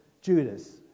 Judas